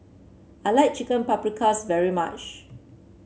I like Chicken Paprikas very much